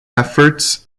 efforts